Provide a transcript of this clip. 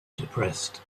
depressed